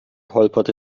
holperte